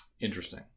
interesting